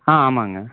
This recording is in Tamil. ஆ ஆமாங்க